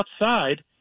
outside